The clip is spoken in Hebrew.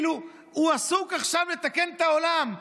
הוא עסוק בלתקן את העולם.